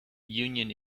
union